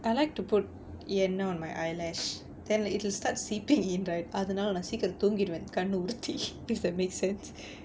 I like to put என்ன:enna on my eyelash then it'll start seeping in right அதனால நான் சீக்கிரம் தூங்கிடுவேன் கண்ணு உறுத்தி:athanaala naan seekkiram thoongiduvaen kannu uruthi if that makes sense